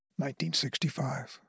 1965